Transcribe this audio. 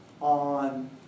on